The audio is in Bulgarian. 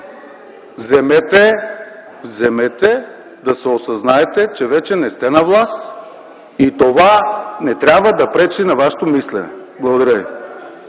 ШАРКОВ: Вземете и се осъзнайте, че вече не сте на власт. Това не трябва да пречи на вашето мислене. Благодаря.